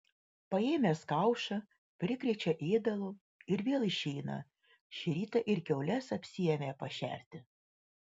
paėmęs kaušą prikrečia ėdalo ir vėl išeina šį rytą ir kiaules apsiėmė pašerti